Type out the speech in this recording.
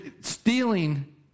stealing